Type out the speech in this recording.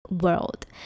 world